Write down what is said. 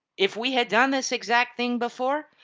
if we had done this exact thing before,